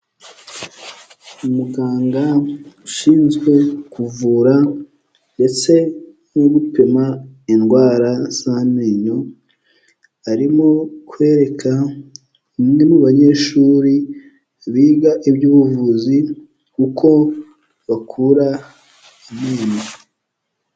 Umuganga ushinzwe kuvura ndetse no gupima indwara z'amenyo, arimo kwereka umwe mu banyeshuri biga iby'ubuvuzi uko bakura ameyo.